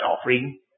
offering